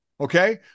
Okay